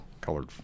colored